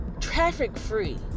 traffic-free